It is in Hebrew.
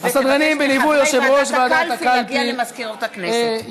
וחברי ועדת הקלפי יגיעו למזכירות הכנסת.